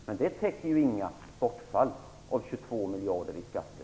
Men det täcker ju inget bortfall på 22 miljarder i skatter.